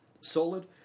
solid